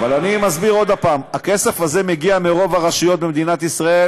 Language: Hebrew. אני מסביר עוד פעם: הכסף הזה מגיע מרוב הרשויות במדינת ישראל,